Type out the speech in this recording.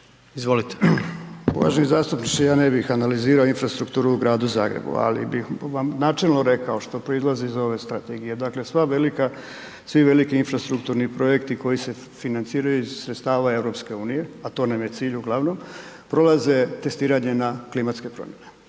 Uvaženi zastupniče, ja ne bih analizirao infrastrukturu u Gradu Zagrebu, ali bih vam načelno rekao što proizlazi iz ove strategije. Dakle, sva velika, svi veliki infrastrukturni projekti koji se financiraju iz sredstava EU, a to nam je cilj uglavnom, prolaze testiranje na klimatske promjene.